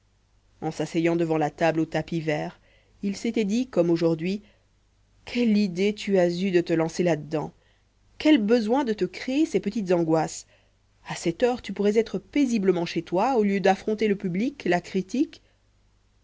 en s'asseyant devant la table au tapis vert il s'était dit comme aujourd'hui quelle idée tu as eue de te lancer là-dedans quel besoin de te créer ces petites angoisses à cette heure tu pourrais être paisiblement chez toi au lieu d'affronter le public la critique